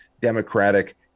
democratic